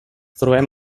trobem